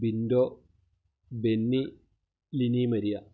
Binto Benny Lini Maria